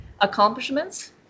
accomplishments